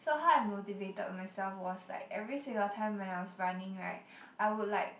so how I motivated myself was like every single time when I was running right I would like